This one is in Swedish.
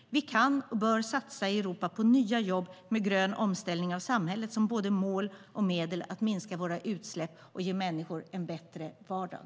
Vi kan och bör satsa i Europa på nya jobb med grön omställning av samhället som både mål och medel att minska våra utsläpp och ge människor en bättre vardag.